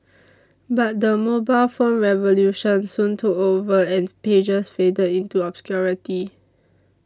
but the mobile phone revolution soon took over and pagers faded into obscurity